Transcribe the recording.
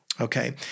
Okay